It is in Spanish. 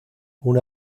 una